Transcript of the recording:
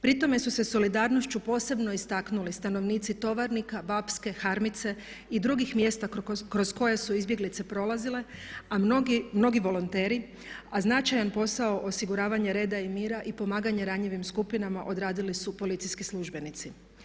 Pri tome su se solidarnošću posebno istaknuli stanovnici Tovarnika, Bapske, Harmice i drugih mjesta kroz koje su izbjeglice prolazile, mnogi volonteri, a značajan posao osiguravanja reda i mira i pomaganje ranjivim skupinama odradili su policijski službenici.